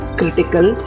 critical